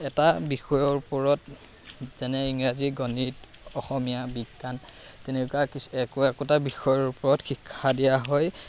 এটা বিষয়ৰ ওপৰত যেনে ইংৰাজী গণিত অসমীয়া বিজ্ঞান তেনেকুৱা কিছু একো একোটা বিষয়ৰ ওপৰত শিক্ষা দিয়া হয়